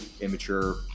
immature